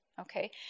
Okay